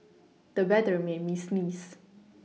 the weather made me sneeze